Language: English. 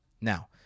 now